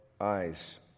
eyes